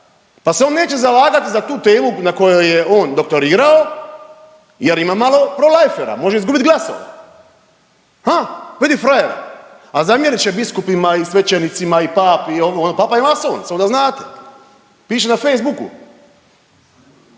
pa se on neće zalagati za tu temu na kojoj je on doktorirao, jer ima malo prolifera, može izgubiti glasove. Aaaa vidi frajera? A zamjerit će biskupima i svećenicima i papi i ovo, papa je masonac samo da znate. Piše na Facebooku!